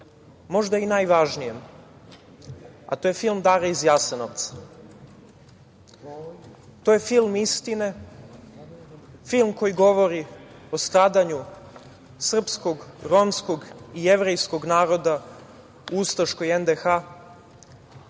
možda i najvažnijem, a to je film „Dara iz Jasenovca“. To je film istine, film koji govori o stradanju srpskog, romskog i jevrejskog naroda u ustaškoj NDH,